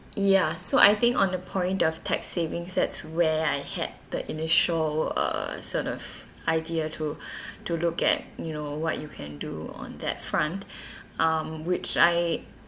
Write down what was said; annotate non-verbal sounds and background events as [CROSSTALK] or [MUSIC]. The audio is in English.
ya so I think on the point of tax savings that's where I had the initial uh sort of idea to [BREATH] to look at you know what you can do on that front um which I